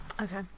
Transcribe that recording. okay